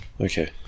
Okay